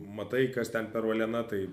matai kas ten per uolena tai